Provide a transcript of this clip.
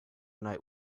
night